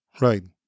Right